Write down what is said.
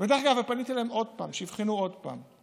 ודרך אגב, פניתי אליהם עוד פעם, שיבחנו עוד פעם.